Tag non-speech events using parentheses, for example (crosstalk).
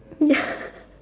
ya (laughs)